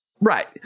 Right